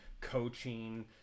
coaching